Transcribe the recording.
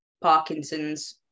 parkinson's